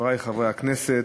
חברי חברי הכנסת,